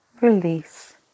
release